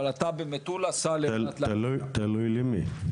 אבל אתה במטולה סע לבד ל- תלוי למי.